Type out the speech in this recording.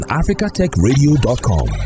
africatechradio.com